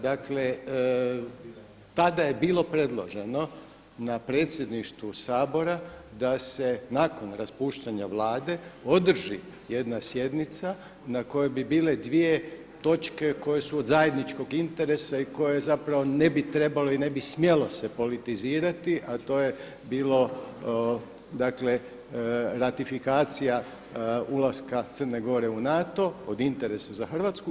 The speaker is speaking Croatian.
Dakle, tada je bilo predloženo na Predsjedništvu Sabora da se nakon raspuštanja Vlade održi jedna sjednica na kojoj bi bile dvije točke koje su od zajedničkog interesa i koje zapravo ne bi trebalo i ne bi smjelo se politizirati, a to je bilo, dakle ratifikacija ulaska Crne Gore u NATO, od interesa za Hrvatsku.